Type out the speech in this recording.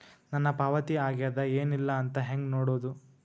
ನನ್ನ ಪಾವತಿ ಆಗ್ಯಾದ ಏನ್ ಇಲ್ಲ ಅಂತ ಹೆಂಗ ನೋಡುದು?